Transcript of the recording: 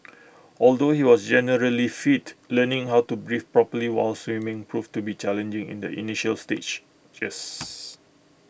although he was generally fit learning how to breathe properly while swimming proved to be challenging in the initial stages